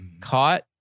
caught